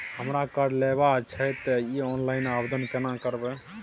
हमरा कर्ज लेबा छै त इ ऑनलाइन आवेदन केना करबै?